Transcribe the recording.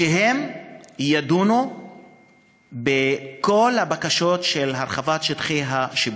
שידונו בכל הבקשות להרחבת שטחי השיפוט.